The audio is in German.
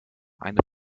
eine